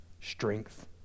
strength